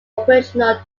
operational